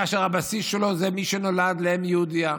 כאשר הבסיס הוא מי שנולד לאם יהודייה,